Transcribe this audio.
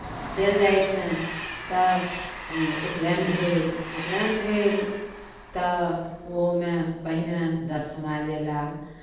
देल जाइ छनि तब उपनयन भेल उपनयन भेल तऽ ओहोमे पहिने दस समाज अयलाह